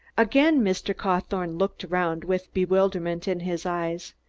again mr. cawthorne looked around, with bewilderment in his eyes.